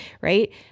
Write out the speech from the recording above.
right